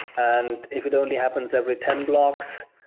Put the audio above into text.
and if it only happens every ten blocks,